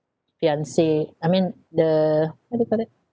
fiance I mean the what do you call that